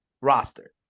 roster